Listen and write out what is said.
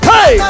Hey